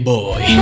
Boy